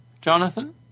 Jonathan